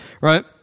right